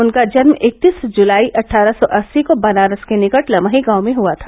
उनका जन्म इकत्तीस जुलाई अट्ठारह सौ अस्सी को बनारस के निकट लमही गांव में हुआ था